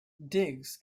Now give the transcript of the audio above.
digs